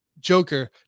joker